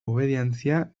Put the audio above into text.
obedientzia